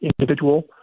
individual